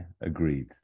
agreed